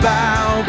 bow